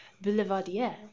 Boulevardier